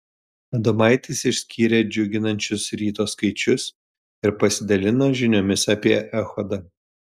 adomaitis išskyrė džiuginančius ryto skaičius ir pasidalino žiniomis apie echodą